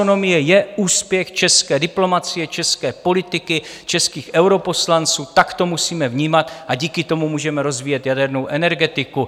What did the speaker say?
Taxonomie je úspěch české diplomacie, české politiky, českých europoslanců, tak to musíme vnímat, a díky tomu můžeme rozvíjet jadernou energetiku.